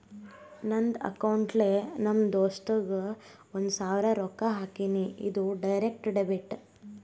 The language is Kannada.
ನಂದ್ ಅಕೌಂಟ್ಲೆ ನಮ್ ದೋಸ್ತುಗ್ ಒಂದ್ ಸಾವಿರ ರೊಕ್ಕಾ ಹಾಕಿನಿ, ಇದು ಡೈರೆಕ್ಟ್ ಡೆಬಿಟ್